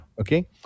Okay